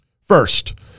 First